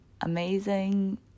amazing